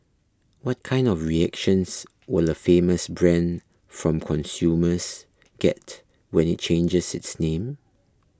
what kind of reactions will a famous brand from consumers get when it changes its name